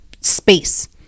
space